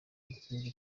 bikwiye